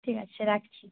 ঠিক আছে রাখছি